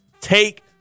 take